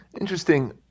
Interesting